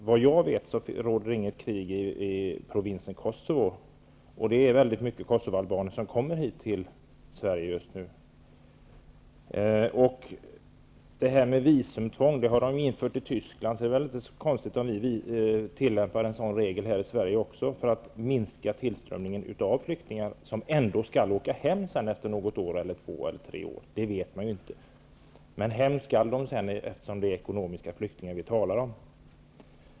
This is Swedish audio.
Såvitt jag vet pågår det inte något krig i provinsen Kosovo. Just nu är det väldigt många kosovoalbaner som kommer till Sverige. Visumtvång har ju införts i Tyskland, och då är det väl inte så konstigt om vi tillämpar samma regel för att minska tillströmningen av flyktingar, som ändå skall åka hem efter något eller några år. Hem skall de emellertid, eftersom det är ekonomiska flyktingar som det rör sig om.